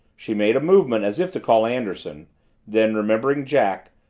she made a movement as if to call anderson then, remembering jack,